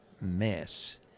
mess